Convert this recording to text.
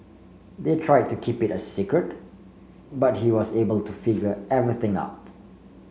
they tried to keep it a secret but he was able to figure everything out